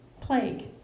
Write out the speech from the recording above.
plague